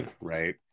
Right